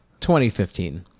2015